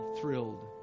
thrilled